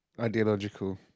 ideological